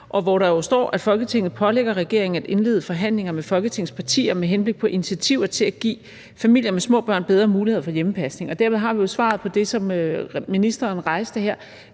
og hvor der jo står, at Folketinget pålægger regeringen at indlede forhandlinger med Folketingets partier med henblik på initiativer til at give familier med små børn bedre muligheder for hjemmepasning. Og dermed har vi jo svaret på det spørgsmål, som ministeren rejste her.